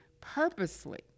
purposely